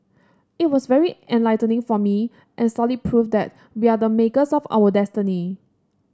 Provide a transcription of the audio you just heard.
it was very enlightening for me and solid proof that we are the makers of our destiny